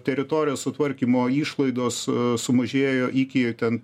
teritorijos sutvarkymo išlaidos sumažėjo iki ten